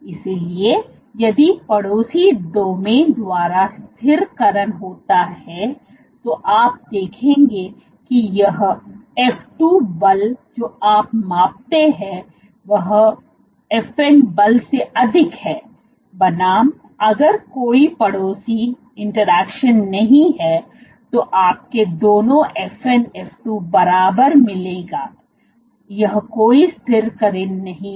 इसलिए यदि पड़ोसी डोमेन द्वारा स्थिरीकरण होता है तो आप देखेंगे कि यह f 2 बल जो आप मापते हैं वह F1बल से अधिक है बनाम अगर कोई पड़ोसी इंटरेक्शन नहीं है तो आपको दोनों F1 F2 बराबर मिलेगी यह कोई स्थिरीकरण नहीं है